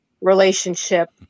relationship